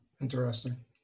Interesting